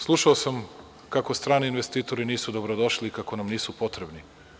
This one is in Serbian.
Slušao sam kako strani investitori nisu dobro došli i kako nam nisu potrebni.